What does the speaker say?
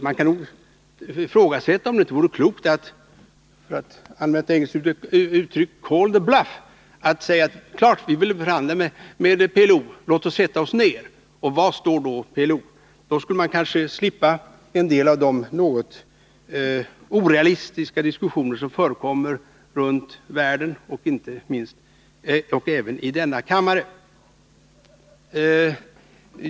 Man kan nog ifrågasätta om det inte vore klokt att, för att använda ett engelskt uttryck, ”call the bluff”, att klart säga att vi vill förhandla med PLO, låt oss sätta oss ned. Var står då PLO? Då skulle man kanske slippa en del av de något orealistiska diskussioner som förekommer runt om i världen och även i denna kammare.